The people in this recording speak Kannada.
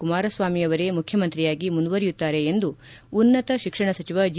ಕುಮಾರಸ್ವಾಮಿಯವರೇ ಮುಖ್ಯಮಂತ್ರಿಯಾಗಿ ಮುಂದುವರಿಯುತ್ತಾರೆ ಎಂದು ಉನ್ನತ ಶಿಕ್ಷಣ ಸಚಿವ ಜಿ